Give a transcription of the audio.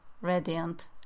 radiant